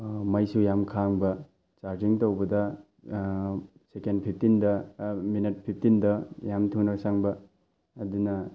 ꯃꯩꯁꯨ ꯌꯥꯝ ꯈꯥꯡꯕ ꯆꯥꯔꯖꯤꯡ ꯇꯧꯕꯗ ꯁꯦꯀꯦꯟ ꯐꯤꯞꯇꯤꯟꯗ ꯃꯤꯅꯠ ꯐꯤꯞꯇꯤꯟꯗ ꯌꯥꯝ ꯊꯨꯅ ꯆꯪꯕ ꯑꯗꯨꯅ